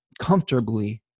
comfortably